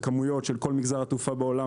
בכמויות של כל מגזר התעופה בעולם,